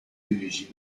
dirigir